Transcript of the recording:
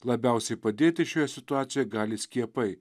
labiausiai padėti šioje situacijoje gali skiepai